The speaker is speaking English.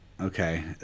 Okay